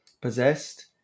possessed